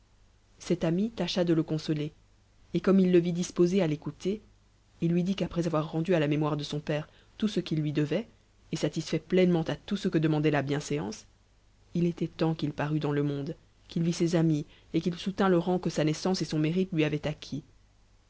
cet ami tâcha de le consoler et comme il le vit disposé a l'écouter il lui dit qu'après avoir rendu à la mémoire de son père tout ce qu'il lui devait et satisfait pleinement à tout ce que demandait la bienséance il était temps qu'il parût dans le monde qu'il vît ses amis et qu'il soutînt le rang que sa naissance et son mérite lui avaient acquis